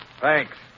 Thanks